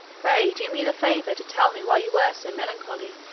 pray do me the favour to tell me why you were so melancholy,